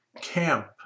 camp